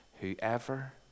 Whoever